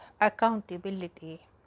accountability